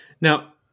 Now